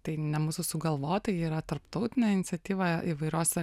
tai ne mūsų sugalvota yra tarptautinė iniciatyva įvairiose